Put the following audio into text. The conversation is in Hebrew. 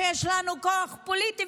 שיש לנו כוח פוליטי,